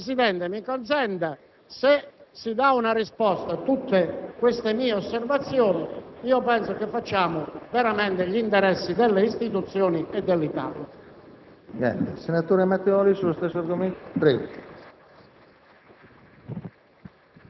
Presidente, mi consenta di dire che, se si dà una risposta a tutte queste mie osservazioni, penso che facciamo veramente gli interessi delle istituzioni e dell'Italia.